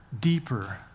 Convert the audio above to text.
deeper